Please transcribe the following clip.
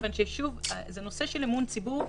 כי זה נושא של אמון הציבור,